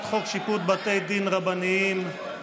חוק שיפוט בתי דין דתיים (בוררות),